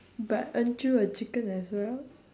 but aren't you a chicken as well